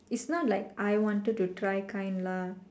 it's not like I wanted to try kind lah